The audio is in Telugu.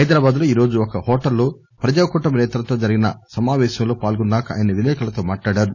హైదరాబాద్ లో ఈరోజు ఒక హోటల్ లో ప్రజాపక్ష నేతలతో జరిగిన సమావేశంలో పాల్గొన్నాక ఆయన విలేకరులతో మాట్లాడారు